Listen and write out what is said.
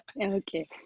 Okay